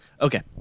Okay